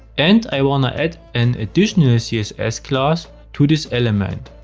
and i wanna add an additional css class to this element,